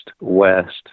West